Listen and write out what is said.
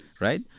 right